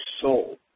soul